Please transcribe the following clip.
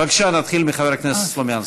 בבקשה, נתחיל בחבר הכנסת סלומינסקי.